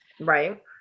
right